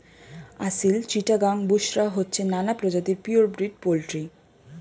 আসিল, চিটাগাং, বুশরা হচ্ছে নানা প্রজাতির পিওর ব্রিড পোল্ট্রি